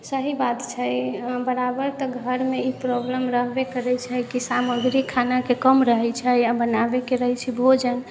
सही बात छै बराबर तऽ घरमे ई प्रॉब्लम रहबै करै छै कि सामग्री खानाके कम रहै छै आओर बनाबैके रहै छै भोजन